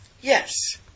Yes